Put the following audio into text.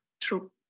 True